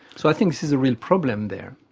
so i think this is a real problem there.